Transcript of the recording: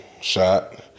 shot